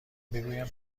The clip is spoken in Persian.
بگویم